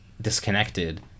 disconnected